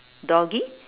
doggie